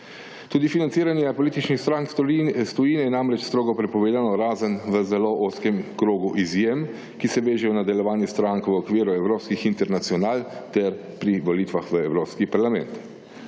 Tudi financiranje političnih strank stoji namreč strogo povedano, razen v zelo ozkem krogu izjem, ki se vežejo na delovanje strank v okviru evropskih internacional ter pri volitvah v evropski parlament.